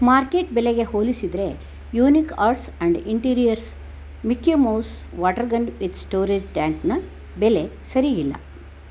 market ಬೆಲೆಗೆ ಹೋಲಿಸಿದರೆ Unique Arts and Interiors Mickey Mouse water gun with storage ಟ್ಯಾಂಕ್ನ ಬೆಲೆ ಸರೀಗಿಲ್ಲ